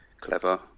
clever